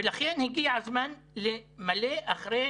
לכן הגיע הזמן למלא אחרי